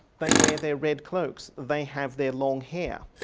they wear their red cloaks, they have their long hair,